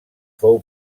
fou